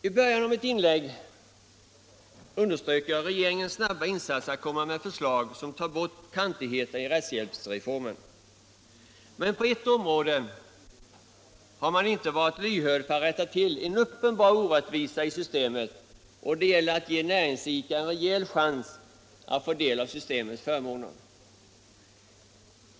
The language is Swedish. I början av mitt inlägg här underströk jag regeringens snabba insatser att komma med förslag som tar bort kantigheterna i rättshjälpsreformen. Men på ett område har man inte varit lyhörd att rätta till en uppenbar orättvisa i systemet, nämligen när det gäller att ge näringsidkare en rejäl chans att få del av systemets förmåner.